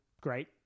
great